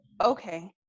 Okay